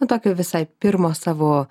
nu tokio visai pirmo savo